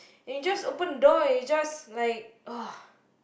and you just open the door and then you just like uh